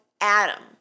Adam